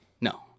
no